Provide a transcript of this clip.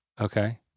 Okay